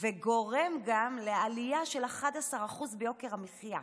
וגורם גם לעלייה של 11% ביוקר המחיה.